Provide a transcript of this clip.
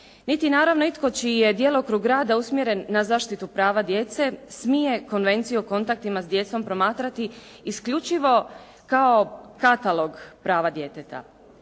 niti naravno itko čiji je djelokrug rada usmjeren na zaštitu prava djece smije Konvenciju o kontaktima s djecom promatrati isključivo kao katalog prava djeteta.